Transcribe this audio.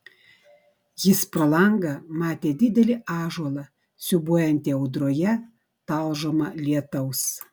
jis pro langą matė didelį ąžuolą siūbuojantį audroje talžomą lietaus